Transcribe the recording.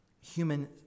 human